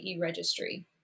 registry